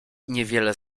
niewiele